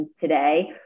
today